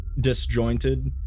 disjointed